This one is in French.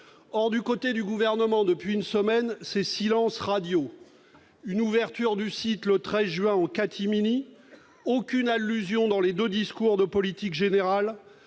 Or, du côté du Gouvernement, depuis une semaine, c'est le silence radio : une ouverture du site internet le 13 juin en catimini ; aucune allusion dans les deux déclarations de politique générale